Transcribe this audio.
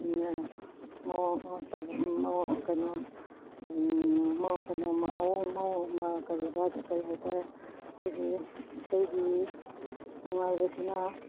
ꯀꯩꯅꯣ ꯀꯔꯤꯕ ꯀꯔꯤ ꯍꯥꯏꯇꯔꯦ ꯑꯩꯈꯣꯏꯒꯤ ꯏꯁꯩꯒꯤ ꯅꯨꯡꯉꯥꯏꯕꯁꯤꯅ